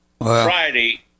friday